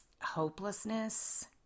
hopelessness